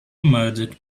murdoc